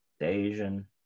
Asian